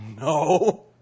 No